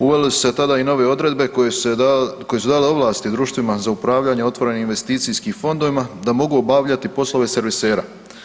Uvele su se tada i nove odredbe koje su dale ovlasti društvima za upravljanje otvorenim investicijskim fondovima da mogu obavljati poslove servisera.